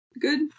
Good